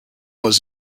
was